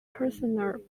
prisoner